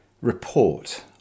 report